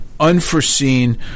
Unforeseen